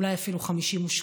אולי אפילו 58,